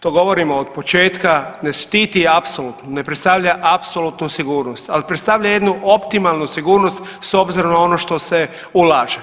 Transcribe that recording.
To govorimo od početka ne štiti apsolutno, ne predstavlja apsolutnu sigurnost ali predstavlja jednu optimalnu sigurnost s obzirom na ono što se ulaže.